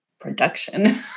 production